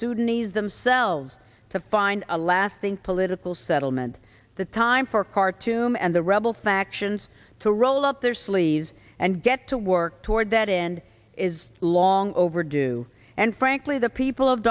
sudanese themselves to find a lasting political settlement the time for khartoum and the rebel factions to roll up their sleeves and get to work toward that end is long overdue and frankly the people